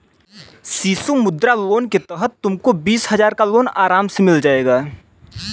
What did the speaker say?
शिशु मुद्रा लोन के तहत तुमको बीस हजार का लोन आराम से मिल जाएगा